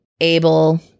able